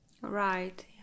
Right